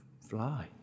fly